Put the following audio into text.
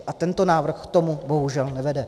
A tento návrh k tomu bohužel nevede.